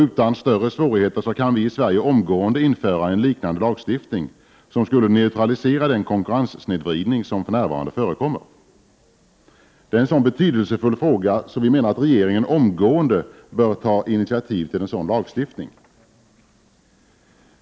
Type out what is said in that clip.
Utan större svårigheter kan vi i Sverige omgånde införa en liknande lagstiftning, som skulle neutralisera den konkurrenssnedvridning som för närvarande förekommer. Det är en så betydelsefull fråga att vi menar att regeringen omgående bör ta initiativ till en sådan lagstiftning.